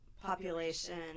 population